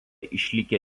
išlikę